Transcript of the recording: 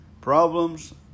problems